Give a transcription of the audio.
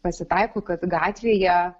pasitaiko kad gatvėje